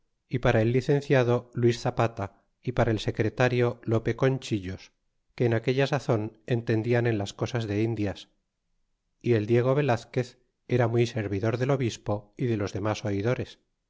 y para el licenciado luis zapata y para el secretario lope conchillos que en aquella sazon enten dian en las cosas de las indias y el diego velazquez era muy servidor del obispo y de los demas oidores